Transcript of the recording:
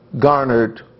garnered